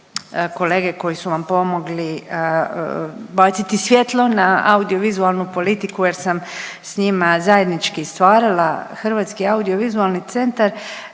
kolege koji su vam pomogli baciti svjetlo na audiovizualnu politiku jer sam s njima zajednički stvarala HAVC, nikakvih nasrtaja